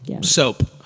soap